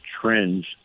trends